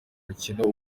mikino